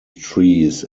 trees